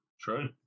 True